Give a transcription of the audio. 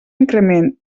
increment